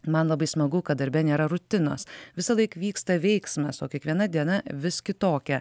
man labai smagu kad darbe nėra rutinos visąlaik vyksta veiksmas o kiekviena diena vis kitokia